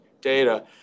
data